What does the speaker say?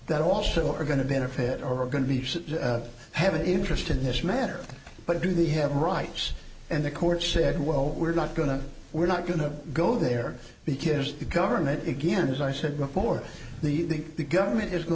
that also are going to benefit or going to be should have an interest in this matter but do they have rights and the court said well we're not going to we're not going to go there because the government again as i said before the government is going